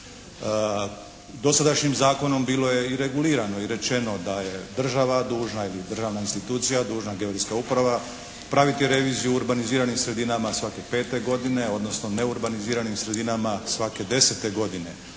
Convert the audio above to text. Dosadašnjim zakonom bilo je i regulirano i rečeno da je država dužna ili državna institucija dužna, geodetska uprava praviti reviziju u urbaniziranim sredinama svake pete godine. Odnosno neurbaniziranim sredinama svake desete godine.